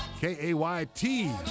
K-A-Y-T